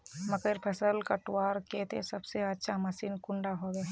मकईर फसल कटवार केते सबसे अच्छा मशीन कुंडा होबे?